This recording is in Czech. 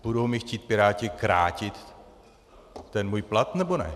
Budou mi chtít piráti krátit ten můj plat, nebo ne?